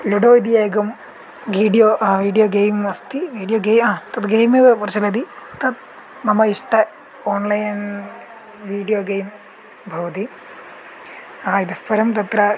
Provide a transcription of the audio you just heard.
ludo इति एकं गिडियो विडियो गेम् अस्ति विडियो तद् गेम् एव प्रचलति तत् मम इष्टम् आन्लैन् विडियो गेम् भवति इतः परं तत्र